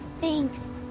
Thanks